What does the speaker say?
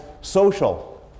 social